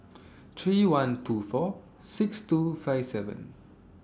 three one two four six two five seven